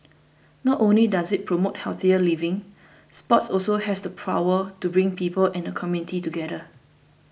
not only does it promote healthier living sports also has the power to bring people and the community together